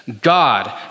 God